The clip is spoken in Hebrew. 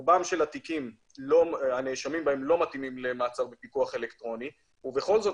ברוב התיקים הנאשמים בהם לא מתאימים למעצר בפיקוח אלקטרוני ובכל זאת